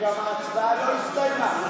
וגם ההצבעה לא הסתיימה.